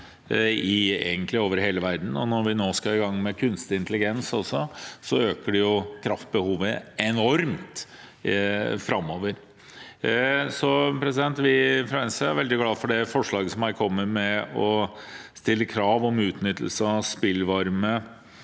vi nå også skal i gang med kunstig intelligens, øker det kraftbehovet enormt framover. Vi i Venstre er veldig glad for det forslaget som kommer her, med å stille krav om utnyttelse av spillvarme